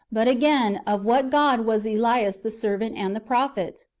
but, again, of what god was elias the servant and the prophet?